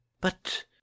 But